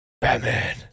Batman